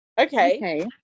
Okay